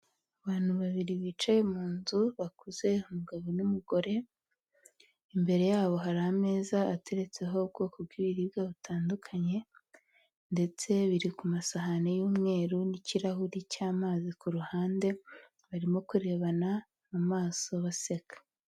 Abantu babiri bicaye mu nzu bakuze umugabo n'umugore, imbere yabo hari ameza ateretseho ubwoko bw'ibiribwa butandukanye ndetse biri ku masahani y'umweru n'ikirahure cy'amazi ku ruhande, barimo kurebana mu maso baseka.